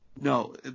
No